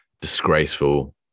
disgraceful